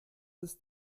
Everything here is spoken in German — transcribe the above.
ist